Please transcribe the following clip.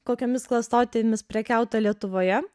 kokiomis klastotėmis prekiauta lietuvoje